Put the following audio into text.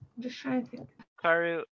Karu